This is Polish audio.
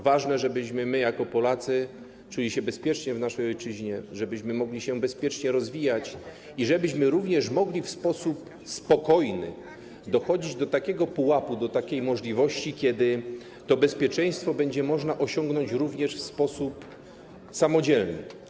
Ważne, żebyśmy my jako Polacy czuli się bezpiecznie w naszej ojczyźnie, żebyśmy mogli się bezpiecznie rozwijać i żebyśmy mogli w sposób spokojny dochodzić do takiego pułapu, do takiej możliwości, kiedy to bezpieczeństwo będzie można osiągnąć również w sposób samodzielny.